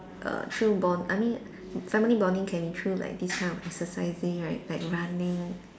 err through bond I mean family bonding can be through like this kind of exercising right like running